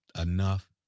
enough